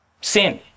Sin